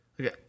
okay